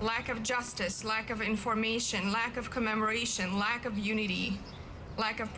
lack of justice lack of information lack of commemoration lack of unity lack of